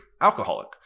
Alcoholic